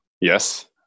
Yes